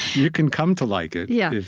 you can come to like it, yeah if